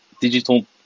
digital